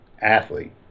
athlete